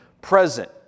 present